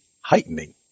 heightening